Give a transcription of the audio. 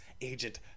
Agent